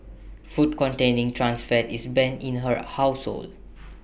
food containing trans fat is banned in her household